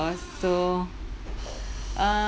so uh